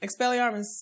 Expelliarmus